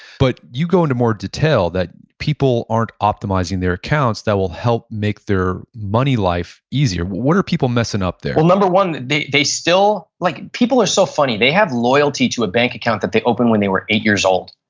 but you go into more detail that people aren't optimizing their accounts that will help make their money life easier. what are people messing up there? well, number one, they they still, like people are so funny. they have loyalty to a bank account that they opened when they were eight years old.